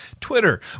Twitter